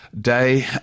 day